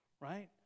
Right